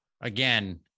again